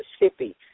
Mississippi